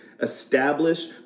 establish